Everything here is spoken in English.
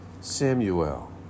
Samuel